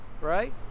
right